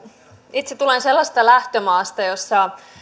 itse tulen sellaisesta lähtömaasta jossa